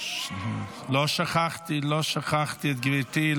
רגע, רגע, לא שכחתי, לא שכחתי את גברתי.